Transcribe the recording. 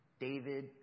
David